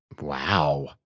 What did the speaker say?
Wow